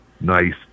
nice